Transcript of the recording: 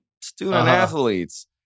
student-athletes